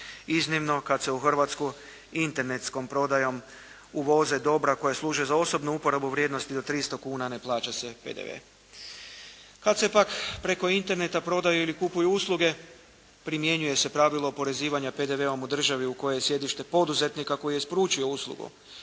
Iznimno, kad se u Hrvatsku internetskom prodajom uvoze dobra koja služe za osobnu uporabu vrijednosti do 300 kuna, ne plaća se PDV. Kad se pak preko interneta prodaju ili kupuju usluge, primjenjuje se pravilo oporezivanje PDV-om u državi u kojoj je sjedište poduzetnika koji je isporučio uslugu,